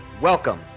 Welcome